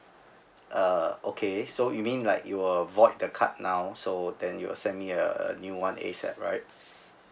uh okay so you mean like you'll void the card now so then you will send me a new one ASAP right